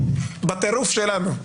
בטירוף שלנו.